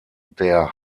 der